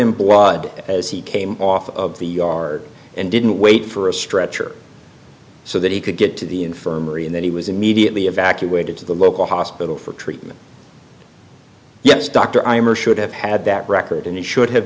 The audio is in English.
in blood as he came off of the yard and didn't wait for a stretcher so that he could get to the infirmary and then he was immediately evacuated to the local hospital for treatment yes dr i'm or should have had that record and he should have